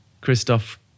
Christoph